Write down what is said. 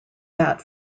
that